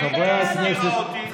תן לו לענות לה.